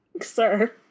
Sir